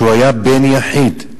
שהיה בן יחיד,